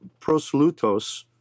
prosolutos